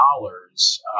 dollars